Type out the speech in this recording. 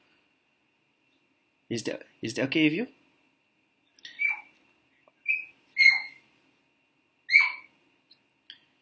is that is that okay with you